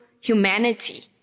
humanity